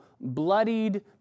bloodied